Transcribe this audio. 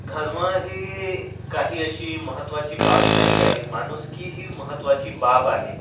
धर्म ही काही अशी महत्वाची बाब नाही आहे माणुसकी ही महत्वाची बाब आहे